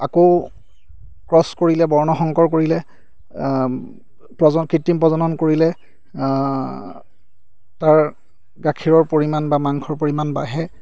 আকৌ ক্ৰছ কৰিলে বৰ্ণ শংকৰ কৰিলে প্ৰজ কৃত্ৰিম প্ৰজনন কৰিলে তাৰ গাখীৰৰ পৰিমাণ বা মাংসৰ পৰিমাণ বাঢ়ে